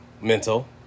mental